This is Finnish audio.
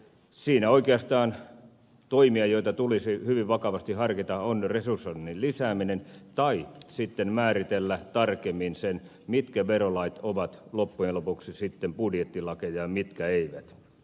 siinä oikeastaan toimia joita tulisi hyvin vakavasti harkita ovat resursoinnin lisääminen tai sitten määritellä tarkemmin se mitkä verolait ovat loppujen lopuksi sitten budjettilakeja ja mitkä eivät